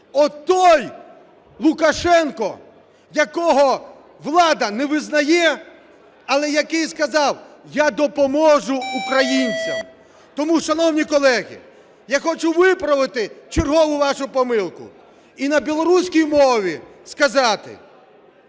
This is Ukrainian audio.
Отой Лукашенко, якого влада не визнає, але який сказав: я допоможу українцям. Тому, шановні колеги, я хочу виправити чергову вашу помилку і на білоруській мові сказати: